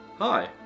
Hi